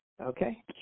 Okay